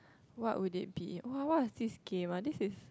what would it be !wah! what is this game ah this is